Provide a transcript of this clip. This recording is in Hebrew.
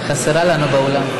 חסרה לנו באולם.